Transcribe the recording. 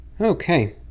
okay